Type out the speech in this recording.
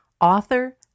author